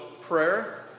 prayer